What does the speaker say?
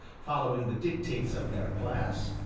following the dictates of their class,